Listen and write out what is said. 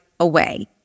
Away